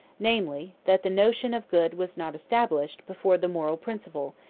namely, that the notion of good was not established before the moral principle,